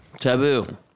Taboo